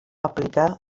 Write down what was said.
aplicar